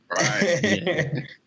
right